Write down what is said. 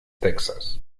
texas